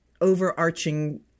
overarching